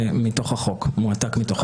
זה מועתק מתוך החוק.